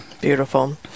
Beautiful